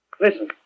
Listen